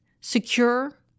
secure